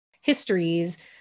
histories